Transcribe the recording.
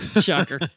Shocker